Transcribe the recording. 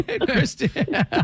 Kristen